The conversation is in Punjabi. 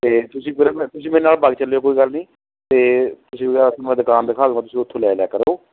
ਅਤੇ ਤੁਸੀਂ ਫੇਰ ਨਾ ਤੁਸੀਂ ਮੇਰੇ ਨਾਲ ਵਗ ਚੱਲਿਓ ਕੋਈ ਗੱਲ ਨਹੀਂ ਅਤੇ ਤੁਸੀਂ ਮੈਂ ਦੁਕਾਨ ਦਿਖਾ ਦੂੰਗਾ ਤੁਸੀਂ ਉੱਥੋਂ ਲੈ ਲਿਆ ਕਰੋ